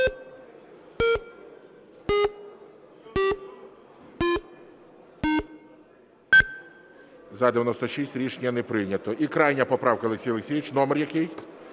За-96 Рішення не прийнято. І крайня поправка, Олексій Олексійович. Номер який?